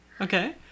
okay